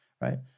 right